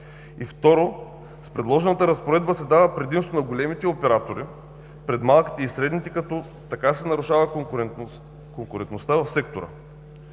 И, второ, с предложената разпоредба се дава предимство на големите оператори пред малките и средните, като така се нарушава конкурентността в сектора.